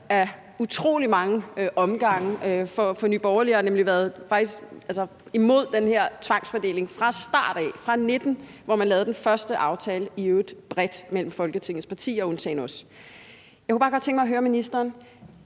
ad utrolig mange omgange, og Nye Borgerlige har faktisk været imod den her tvangsfordeling fra start af, fra 2019, hvor man lavede den første aftale, i øvrigt bredt mellem Folketingets partier, undtagen os, og så kunne jeg bare godt tænke mig at høre ministeren